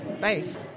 base